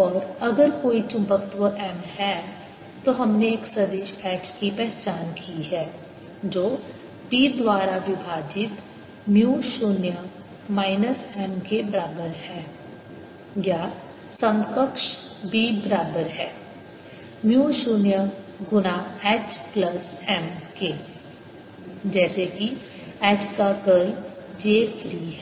और अगर कोई चुंबकत्व M है तो हमने एक सदिश H की पहचान की है जो B द्वारा विभाजित म्यू शून्य माइनस M के बराबर है या समकक्ष B बराबर है म्यू शून्य गुणा H प्लस M के जैसे कि H का कर्ल j फ्री है